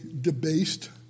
debased